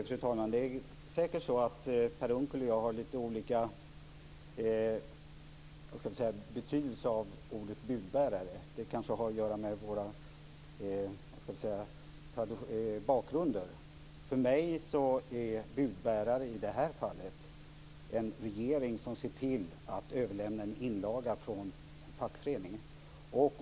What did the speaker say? Fru talman! Det är säkert så att Per Unckel och jag lägger lite olika betydelse i ordet budbärare. Det kanske har att göra med våra bakgrunder. För mig är budbärare i det här fallet en regering som ser till att överlämna en inlaga från fackföreningen.